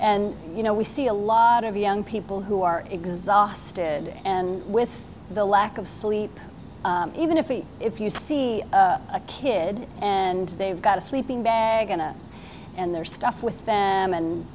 and you know we see a lot of young people who are exhausted and with the lack of sleep even if we if you see a kid and they've got a sleeping bag and and their stuff with them and